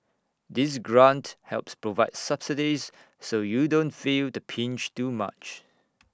this grant helps provide subsidies so you don't feel the pinch too much